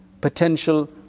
potential